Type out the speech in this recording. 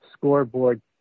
scoreboard